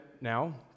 now